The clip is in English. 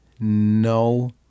No